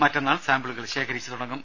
മറ്റന്നാൾ സാമ്പിളുകൾ ശേഖരിച്ച് തുടങ്ങും